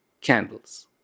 candles—